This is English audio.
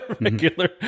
Regular